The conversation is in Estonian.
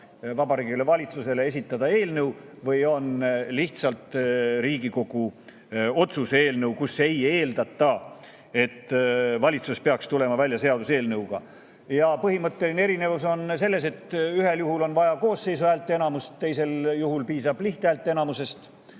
Vabariigi Valitsusele esitada eelnõu või on lihtsalt Riigikogu otsuse eelnõu, milles ei eeldata, et valitsus peaks tulema välja seaduseelnõuga. Põhimõtteline erinevus on selles, et ühel juhul on vaja koosseisu häälteenamust, teisel juhul piisab lihthäälteenamusest.